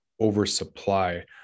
oversupply